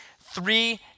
three